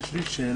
יש לי שאלה.